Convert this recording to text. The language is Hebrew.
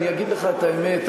אני אגיד לך את האמת,